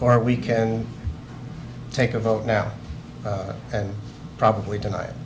or we can take a vote now and probably tonight